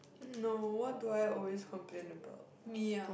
no what do I always complain about me ah